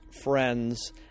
friends